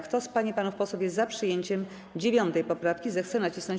Kto z pań i panów posłów jest za przyjęciem 9. poprawki, zechce nacisnąć